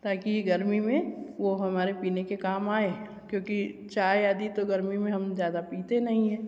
ताकि गर्मी में वह हमारे पीने के काम आए क्योंकि चाय आदि तो गर्मी में हम ज़्यादा पीते नहीं हैं